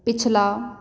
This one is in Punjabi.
ਪਿਛਲਾ